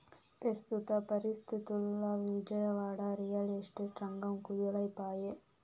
పెస్తుత పరిస్తితుల్ల Vijayawada, real estate రంగం కుదేలై పాయె